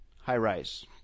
high-rise